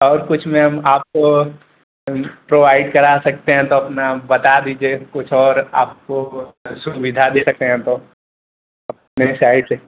और कुछ मैम आपको प्रोवाइड करा सकते हैं तो आपना बता दीजिए कुछ और आपको सुविधा दे सकते हैं तो मेरे साइड से